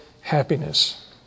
happiness